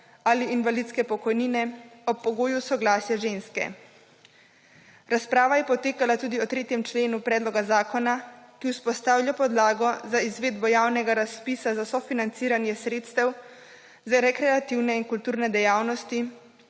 ali invalidske pokojnine, ob pogoju soglasja ženske. Razprava je potekala tudi o 3. členu predloga zakona, ki vzpostavlja podlago za izvedbo javnega razpisa za sofinanciranje sredstev za rekreativne in kulturne dejavnosti,